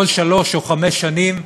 כל שלוש או חמש שנים,